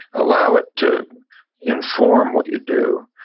allow it to inform what you do,